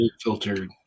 filtered